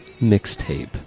mixtape